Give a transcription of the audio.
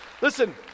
Listen